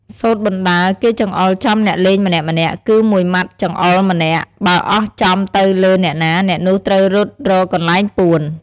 សូត្របណ្តើរ គេចង្អុលចំអ្នកលេងម្នាក់ៗ គឺមួយម៉ាត់ចង្អុលម្នាក់ បើអស់ចំទៅលើអ្នកណា អ្នកនោះត្រូវរត់រកកន្លែងពួន។